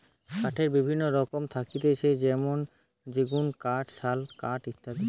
কাঠের বিভিন্ন রকম থাকতিছে যেমনি সেগুন কাঠ, শাল কাঠ ইত্যাদি